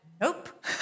nope